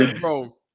Bro